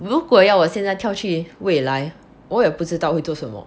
如果要我现在跳去未来我也不知道会做什么